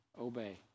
obey